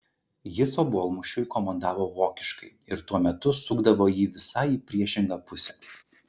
jis obuolmušiui komandavo vokiškai ir tuo metu sukdavo jį visai į priešingą pusę